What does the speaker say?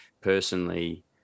personally